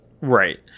right